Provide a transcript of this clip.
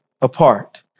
apart